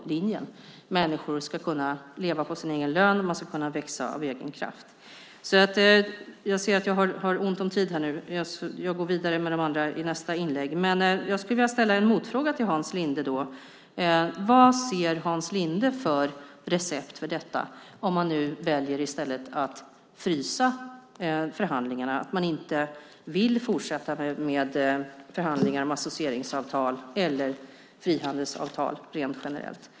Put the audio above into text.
Människor ska kunna leva på sin egen lön. Man ska kunna växa av egen kraft. Jag tar de andra frågorna i nästa inlägg. Jag vill ställa en motfråga till Hans Linde. Vad har Hans Linde för recept om man i stället väljer att frysa förhandlingarna och inte vill fortsätta med förhandlingar om associeringsavtal eller frihandelsavtal?